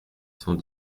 cent